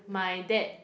my dad